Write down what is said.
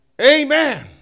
Amen